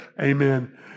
Amen